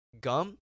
gum